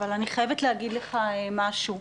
אבל אני חייבת להגיד לך משהו.